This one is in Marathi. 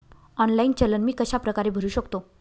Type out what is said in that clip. ऑनलाईन चलन मी कशाप्रकारे भरु शकतो?